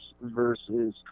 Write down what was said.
versus